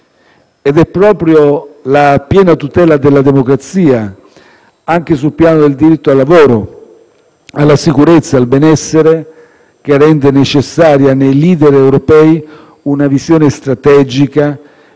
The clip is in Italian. È proprio la piena tutela della democrazia, anche sul piano del diritto al lavoro, alla sicurezza e al benessere, che rende necessari nei *leader* europei una visione strategica